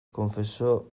confieso